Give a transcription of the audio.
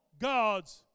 God's